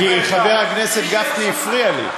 כי חבר הכנסת גפני הפריע לי.